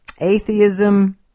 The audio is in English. atheism